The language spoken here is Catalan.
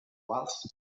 quals